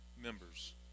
members